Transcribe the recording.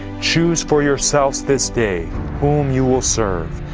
choose for yourselves this day whom you will serve.